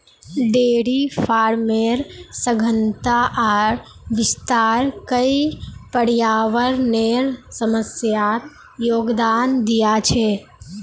dairy फार्मेर सघनता आर विस्तार कई पर्यावरनेर समस्यात योगदान दिया छे